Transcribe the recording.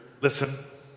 listen